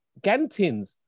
Gantins